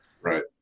Right